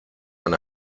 una